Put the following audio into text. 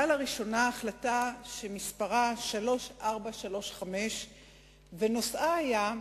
לראשונה החלטה שמספרה 3435 ונושאה היה: